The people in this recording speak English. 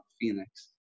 Phoenix